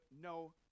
no